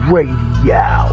Radio